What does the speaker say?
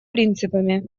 принципами